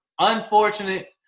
Unfortunate